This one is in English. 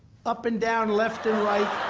up and down, left and right.